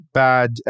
bad